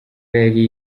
yari